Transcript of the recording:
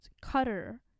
Cutter